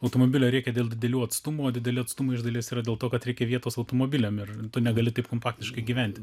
automobilio reikia dėl didelių atstumų o dideli atstumai iš dalies yra dėl to kad reikia vietos automobiliams ir tu negali taip kompaktiškai gyventi